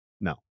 No